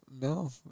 No